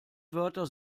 wörter